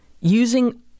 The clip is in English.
using